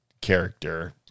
character